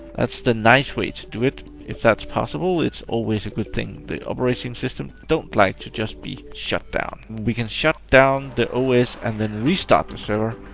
that's the nice way to do it, if that's possible. it's always a good thing. the operating system don't like to just be shut down. we can shut down the os and then restart the server.